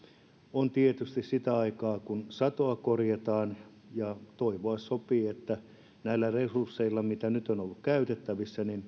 on tietysti sitä aikaa kun satoa korjataan ja toivoa sopii että näillä resursseilla mitä nyt on ollut käytettävissä